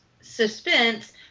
suspense